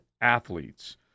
athletes